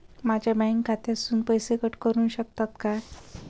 माझ्या बँक खात्यासून पैसे कट करुक शकतात काय?